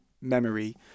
memory